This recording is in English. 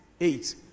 eight